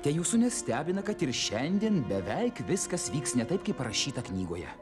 tai jūsų nestebina kad ir šiandien beveik viskas vyks ne taip kaip parašyta knygoje